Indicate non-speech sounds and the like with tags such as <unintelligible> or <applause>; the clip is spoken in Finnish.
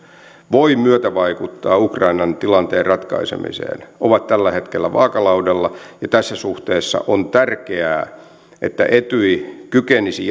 voi myötävaikuttaa ukrainan tilanteen ratkaisemiseen ovat tällä hetkellä vaakalaudalla ja tässä suhteessa on tärkeää että etyj kykenisi <unintelligible>